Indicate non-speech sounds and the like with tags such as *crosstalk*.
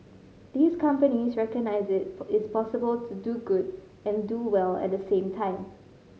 these companies recognise it *unintelligible* is possible to do good and do well at the same time